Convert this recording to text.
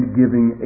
giving